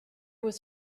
was